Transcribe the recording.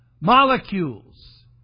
Molecules